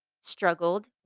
Struggled